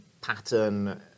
pattern